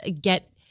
get